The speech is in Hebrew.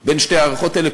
בין שתי ההערכות האלה,